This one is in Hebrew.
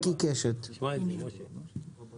יש משמעות עקרונית למחיר.